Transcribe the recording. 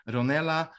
Ronella